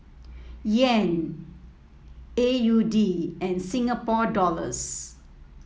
Yen A U D and Singapore Dollars